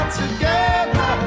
together